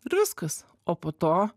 ir viskas o po to